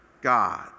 God